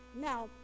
Now